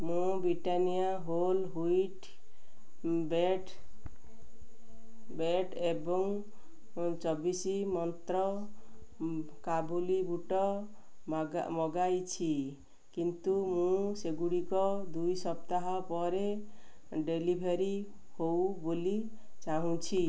ମୁଁ Britannia whole wheat bread ଏବଂ ଚବିଶ ମନ୍ତ୍ର କାବୁଲି ବୁଟ ମଗାଇଛି କିନ୍ତୁ ମୁଁ ସେଗୁଡ଼ିକ ଦୁଇ ସପ୍ତାହ ପରେ ଡେଲିଭରି ହଉ ବୋଲି ଚାହୁଁଛି